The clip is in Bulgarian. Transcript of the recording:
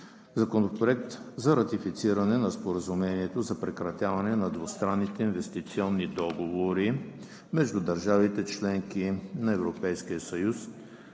Законопроект за ратифициране на Споразумението за прекратяване на двустранните инвестиционни договори между държавите – членки на Европейския съюз.